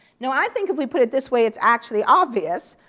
no, i think if we put it this way it's actually obvious.